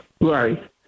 Right